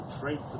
traits